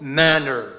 manner